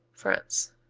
france